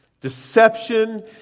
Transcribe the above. Deception